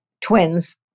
Twins